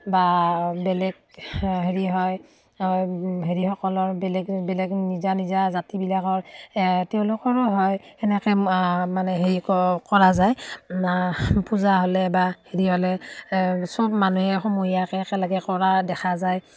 বা বেলেগ হেৰি হয় হেৰিসকলৰ বেলেগ বেলেগ নিজা নিজা জাতিবিলাকৰ তেওঁলোকৰো হয় সেনেকৈ মানে হেৰি কৰা যায় পূজা হ'লে বা হেৰি হ'লে চব মানুহে সমূহীয়াকৈ একেলগে কৰা দেখা যায়